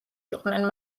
იყვნენ